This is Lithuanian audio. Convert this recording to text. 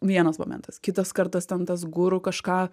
vienas momentas kitas kartas ten tas guru kažką